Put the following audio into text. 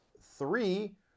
Three